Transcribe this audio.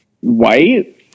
white